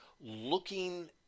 looking